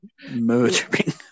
Murdering